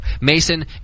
Mason